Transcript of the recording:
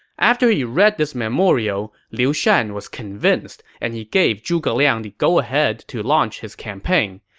after he read this memorial, liu shan was convinced, and he gave zhuge liang the go-ahead to launch his campaign.